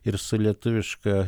ir su lietuviška